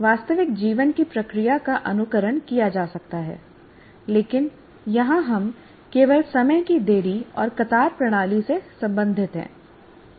वास्तविक जीवन की प्रक्रिया का अनुकरण किया जा सकता है लेकिन यहां हम केवल समय की देरी और कतार प्रणाली से संबंधित हैं